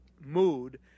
mood